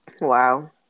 wow